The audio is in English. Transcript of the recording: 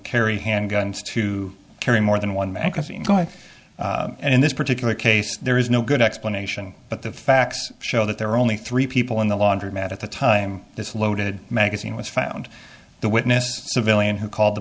carry handguns to carry more than one magazine going in this particular case there is no good explanation but the facts show that there are only three people in the laundromat at the time this loaded magazine was found the witness civilian who called the